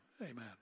Amen